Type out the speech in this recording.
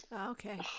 Okay